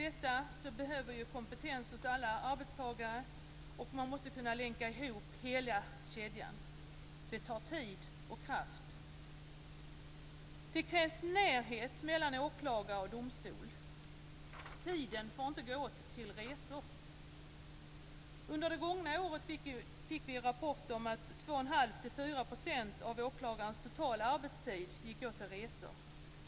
Då behövs kompetens hos alla arbetstagare, och man måste kunna länka i hop hela kedjan. Det tar tid och kraft. Det krävs närhet mellan åklagare och domstol. Tiden får inte gå åt till resor. Under det gångna året fick vi rapport om att 2 1⁄2-4 % av åklagarnas totala arbetstid gick åt till resor.